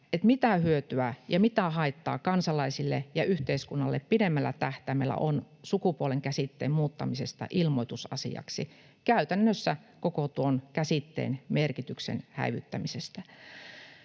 mitä hyötyä ja mitä haittaa kansalaisille ja yhteiskunnalle pidemmällä tähtäimellä on sukupuolen käsitteen muuttamisesta ilmoitusasiaksi, käytännössä koko tuon käsitteen merkityksen häivyttämisestä.